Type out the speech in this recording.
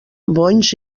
bonys